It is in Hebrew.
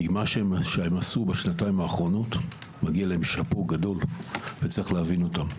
כי מה שהם עשו בשנתיים האחרונות מגיע להם שאפו גדול וצריך להבין אותם.